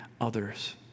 others